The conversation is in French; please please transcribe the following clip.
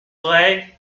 oreilles